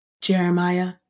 Jeremiah